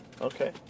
Okay